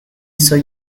soy